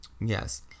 Yes